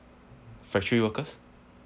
factory workers